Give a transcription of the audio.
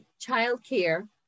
childcare